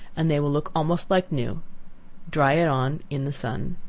and they will look almost like new dry it on in the sun.